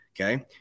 Okay